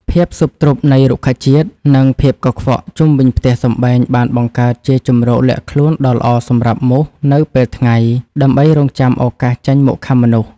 ភាពស៊ុបទ្រុបនៃរុក្ខជាតិ និងភាពកខ្វក់ជុំវិញផ្ទះសម្បែងបានបង្កើតជាជម្រកលាក់ខ្លួនដ៏ល្អសម្រាប់មូសនៅពេលថ្ងៃ ដើម្បីរង់ចាំឱកាសចេញមកខាំមនុស្ស។